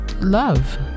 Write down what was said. love